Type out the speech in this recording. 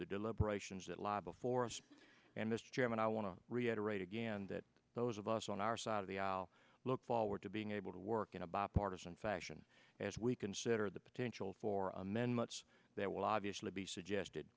the deliberations that lie before us and mr chairman i want to reiterate again that those of us on our side of the aisle look forward to being able to work in a bipartisan fashion as we consider the potential for amendments that will obviously be suggested